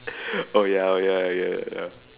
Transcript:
oh ya oh ya ya ya